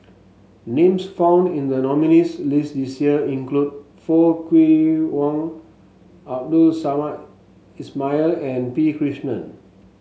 names found in the nominees' list this year include Foo Kwee Horng Abdul Samad Ismail and P Krishnan